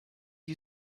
you